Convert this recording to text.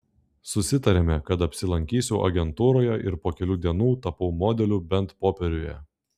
susitarėme kad apsilankysiu agentūroje ir po kelių dienų tapau modeliu bent popieriuje